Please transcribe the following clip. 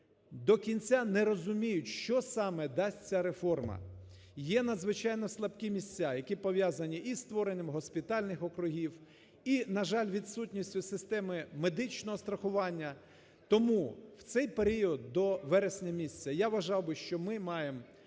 до кінця не розуміють, що саме дасть ця реформи. Є надзвичайно слабкі місця, які пов'язані і зі створенням госпітальних округів, і, на жаль, відсутністю системи медичного страхування. Тому в цей період до вересня місяця, я вважав би, що ми маємо